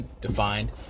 defined